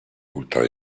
ultra